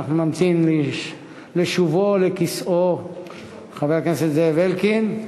אנחנו נמתין לשובו של חבר הכנסת זאב אלקין לכיסאו.